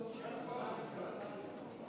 אני מתביישת,